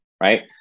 right